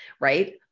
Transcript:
right